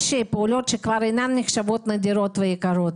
יש פעולות שכבר אינן נחשבות נדירות ויקרות